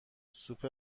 سوپ